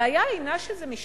הבעיה היא אינה שזה משתנה.